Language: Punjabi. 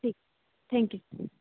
ਠੀਕ ਥੈਂਕ ਯੂ